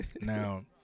Now